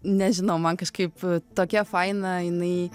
nežinau man kažkaip tokia faina jinai